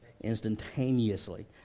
instantaneously